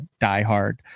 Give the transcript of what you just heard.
diehard